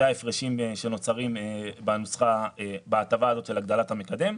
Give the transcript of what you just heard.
אלה ההפרשים שנוצרים בהטבה הזאת של הגדלת המקדם.